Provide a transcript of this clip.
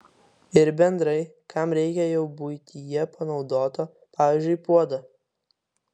ir bendrai kam reikia jau buityje panaudoto pavyzdžiui puodo